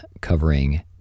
covering